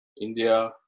India